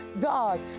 God